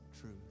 truth